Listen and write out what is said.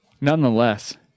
Nonetheless